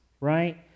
right